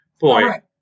boy